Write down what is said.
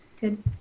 good